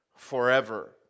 Forever